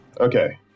Okay